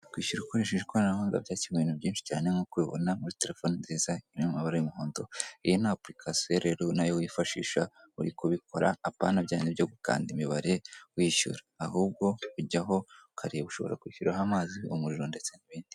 Kwishyura ukoresheje ikoranabuhanga ryakemuye ibintu byinshi cyane mu kubibona muri telefoni nziza iri mumabara y'umuhondo iyi ni apulikasiyo rero nayo wifashisha uri kubikora apana bya binti byo gukanda imibare wishyura, ahubwo ujyaho ukareba ushobora gushyiraho amazi umuriro ndetse n'ibindi.